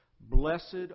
Blessed